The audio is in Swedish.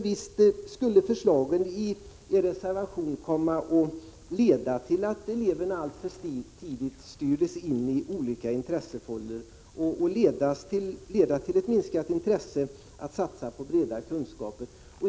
Visst skulle förslagen i er reservation komma att leda till att eleverna alltför tidigt styrs in i olika intressefållor och till ett minskat intresse för att satsa på bredare kunskaper.